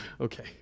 Okay